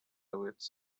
awaits